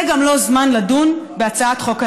זה גם לא זמן לדון בהצעת חוק הלאום.